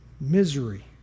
Misery